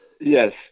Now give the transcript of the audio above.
Yes